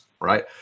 Right